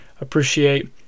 appreciate